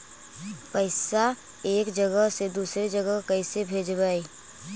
पैसा एक जगह से दुसरे जगह कैसे भेजवय?